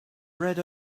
read